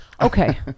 Okay